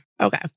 Okay